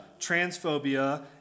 transphobia